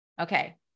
okay